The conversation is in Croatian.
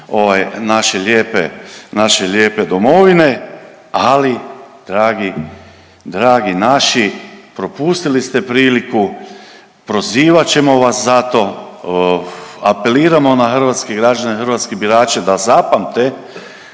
naše lijepe domovine, ali dragi naši, propustili ste priliku, prozivat ćemo vas za to, apeliramo na hrvatske građane, hrvatske birače da zapamte